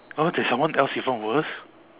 oh there's someone else even worse